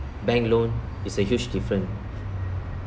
bank loan is a huge difference